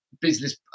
business